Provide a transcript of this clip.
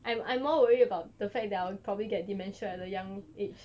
I'm I'm more worried about the fact that I'll probably get dementia at a young age